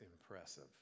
impressive